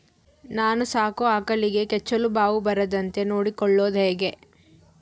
ನಾನು ಸಾಕೋ ಆಕಳಿಗೆ ಕೆಚ್ಚಲುಬಾವು ಬರದಂತೆ ನೊಡ್ಕೊಳೋದು ಹೇಗೆ?